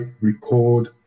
record